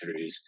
throughs